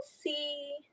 see